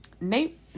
Nate